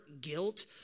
guilt